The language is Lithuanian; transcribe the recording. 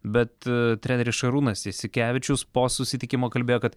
bet a treneris šarūnas jasikevičius po susitikimo kalbėjo kad